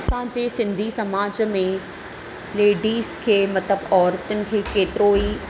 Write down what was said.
असांजे सिंधी समाज में लेडिज़ खे मतलबु औरुतुनि खे केतिरो ई